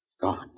Gone